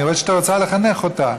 אני רואה שאת רוצה לחנך אותה.